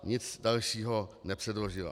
Nic dalšího nepředložila.